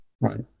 Right